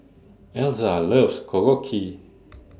Elza loves Korokke